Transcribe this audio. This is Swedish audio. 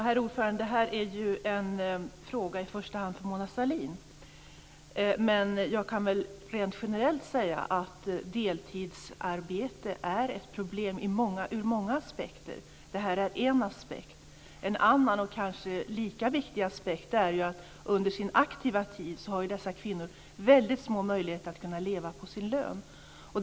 Herr talman! Det här är en fråga i första hand för Mona Sahlin men rent generellt kan jag väl säga att deltidsarbetet är ett problem ur många aspekter. Det här är en aspekt. En annan och kanske lika viktig aspekt är att under sin aktiva tid har dessa kvinnor väldigt små möjligheter att kunna leva på sin lön.